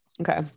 okay